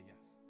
yes